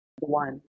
one